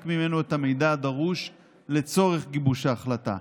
ממנו את המידע הדרוש לצורך גיבוש ההחלטה.